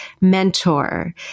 mentor